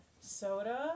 soda